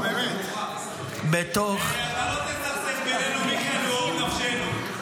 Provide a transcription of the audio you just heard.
אתה לא תסכסך בינינו --- גם אתה לא.